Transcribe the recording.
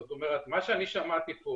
זאת אומרת, מה שאני שמעתי פה